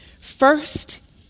First